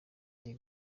ndi